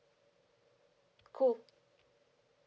cool